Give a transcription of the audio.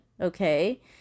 okay